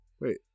Wait